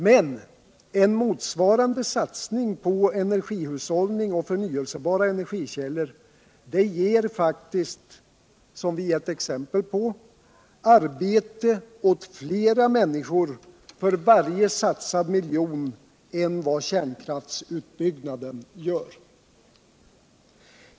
Men en motsvarande satsning på energihushållning och förnyelsebara energikällor ger faktiskt, som vi gett exempel på. arbete åt flera människor för varje satsad miljon än vad kärnkraftsutbyggnad gör.